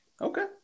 Okay